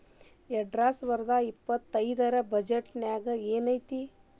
ಎರ್ಡ್ಸಾವರ್ದಾ ಇಪ್ಪತ್ತೆರ್ಡ್ ರ್ ಬಜೆಟ್ ನ್ಯಾಗ್ ಏನೈತಿ?